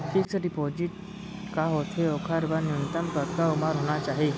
Fix deposit का होथे ओखर बर न्यूनतम कतका उमर होना चाहि?